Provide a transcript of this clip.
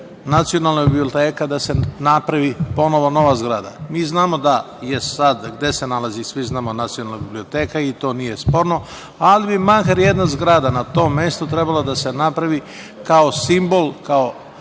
nacionalna biblioteka da se napravi ponovo nova zgrada. Mi svi znamo gde se nalazi Narodna biblioteka i to nije sporno, ali makar jedna zgrada na tom mestu trebalo je da se napravi kao simbol, kao